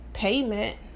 Payment